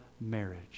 marriage